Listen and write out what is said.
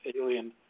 alien